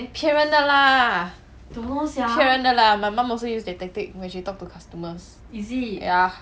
骗人的 lah 骗人的 lah my mum also use that tactic when she talk to customers ya